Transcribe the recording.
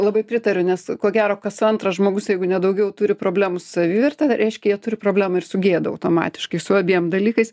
labai pritariu nes ko gero kas antras žmogus jeigu ne daugiau turi problemų su savivertę tai reiškia jie turi problemų ir su gėda automatiškai su abiem dalykais